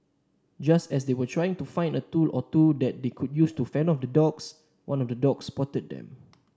just as they were trying to find a tool or two that they could use to fend off the dogs one of the dogs spotted them